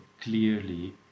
clearly